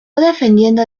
defendiendo